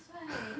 that's why